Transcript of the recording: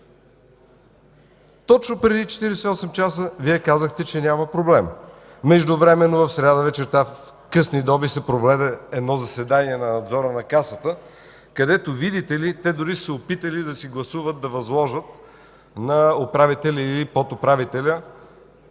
Точно преди 48 часа Вие казахте, че няма проблем. Междувременно в сряда вечерта в късни доби се проведе заседание на Надзора на Касата, където, видите ли, те дори са се опитали да си гласуват да възложат на управителя или подуправителя